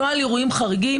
נוהל אירועים חריגים,